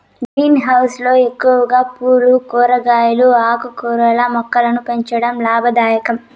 green house లో ఎక్కువగా పూలు, కూరగాయలు, ఆకుకూరల మొక్కలను పెంచడం లాభదాయకం